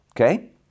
okay